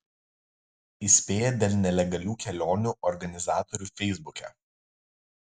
įspėja dėl nelegalių kelionių organizatorių feisbuke